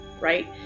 right